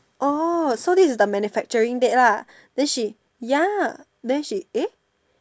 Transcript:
orh so this is a manufacturing date lah then she ya then she eh